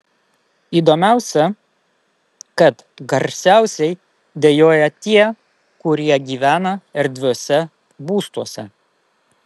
įdomiausia kad garsiausiai dejuoja tie kurie gyvena erdviuose būstuose